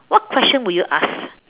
what question would you ask